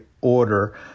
order